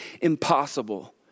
impossible